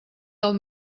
del